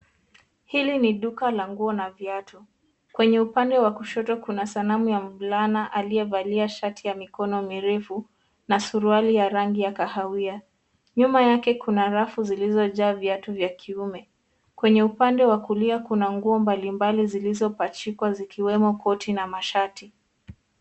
Hili ni duka la nguo na viatu. Kwenye upande wa kushoto, kuna sanamu ya mvulana aliyevalia shati ya mikono mirefu na suruali ya rangi ya kahawia. Nyuma yake kuna rafu zilizojaa viatu vya kiume. Kwenye upande wa kulia, kuna nguo mbalimbali zilizopachikwa zikiwemo koti na mashati.